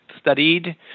studied